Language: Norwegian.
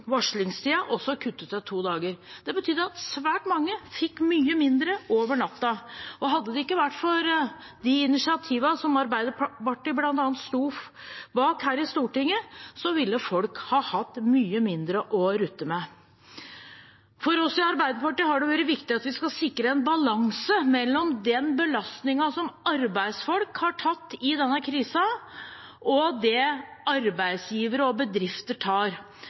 også varslingstiden kuttet til to dager. Det betydde at svært mange fikk mye mindre over natten, og hadde det ikke vært for de initiativene som bl.a. Arbeiderpartiet sto bak her i Stortinget, ville folk hatt mye mindre å rutte med. For oss i Arbeiderpartiet har det vært viktig at vi skal sikre en balanse mellom den belastningen arbeidsfolk har tatt i denne krisen, og den arbeidsgivere og bedrifter tar.